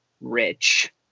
rich